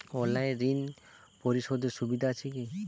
অনলাইনে ঋণ পরিশধের সুবিধা আছে কি?